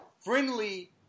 friendly